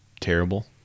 terrible